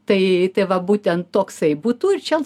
tai tai va būtent toksai būtų ir čia